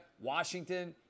Washington